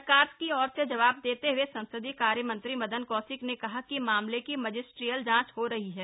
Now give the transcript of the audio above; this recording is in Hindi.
सरकार की ओर से जवाब देते हुए संसदीय कार्यमंत्री मदन कौशिक ने कहा कि मामले की मजिस्टीरियल जांच हो रही है